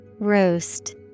Roast